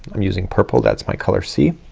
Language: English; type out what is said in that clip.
i'm using purple. that's my color c.